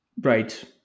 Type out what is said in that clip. Right